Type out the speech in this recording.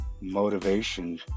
motivation